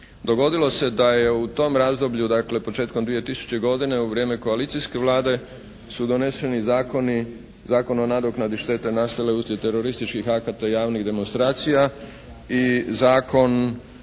dogodilo se da je u tom razdoblju, dakle početkom 2000. godine u vrijeme koalicijske Vlade su doneseni zakoni, Zakon o nadoknadi šteti nastale uslijed terorističkih akata javnih demonstracija i Zakon